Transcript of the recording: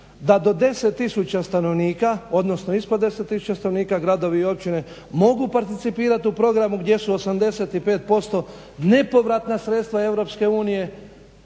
da do 10 tisuća stanovnika odnosno ispod 10 tisuća stanovnika gradovi i općine mogu participirati u programu gdje su 85% nepovratna sredstva Eu